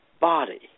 body